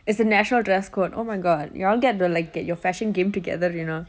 it's a national dress code oh my god you all got to like get your fashion game together you know